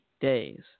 days